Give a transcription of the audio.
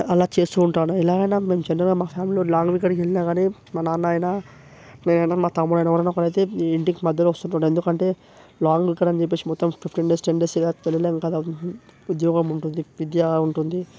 అలా చేస్తూ ఉంటాను ఎలాగైనా మేము జనరల్గా మా ఫ్యామిలీ లాంగ్ ఎక్కడికెళ్ళినా కాని మా నాన్న అయినా నేనైనా మా తమ్ముడైనా ఎవరో ఒకరైతే ఇంటికి మధ్యలో వస్తుంటాము ఎందుకంటే లాంగ్ ఎక్కడని చేప్పేసి మొత్తం ఫిఫ్టీన్ డేస్ టెన్ డేస్ అలా తిరగలేము కదా ఉద్యోగం ఉంటుంది విద్యా ఉంటుంది